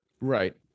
Right